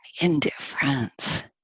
indifference